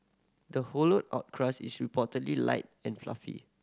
the hollowed out crust is reportedly light and fluffy